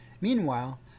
Meanwhile